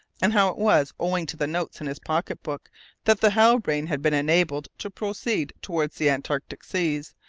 and how it was owing to the notes in his pocket-book that the halbrane had been enabled to proceed towards the antarctic seas,